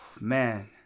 man